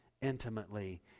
intimately